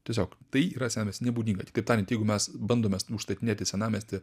tiesiog tai yra senamiesty nebūdinga kitaip tariant jeigu mes bandome užstatinėti senamiestį